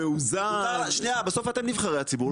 בסוף אתם נבחרי הציבור.